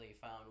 found